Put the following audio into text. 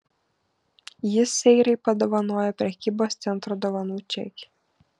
jis seirai padovanojo prekybos centro dovanų čekį